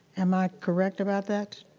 am i correct about that?